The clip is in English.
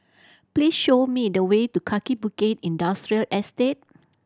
please show me the way to Kaki Bukit Industrial Estate